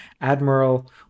Admiral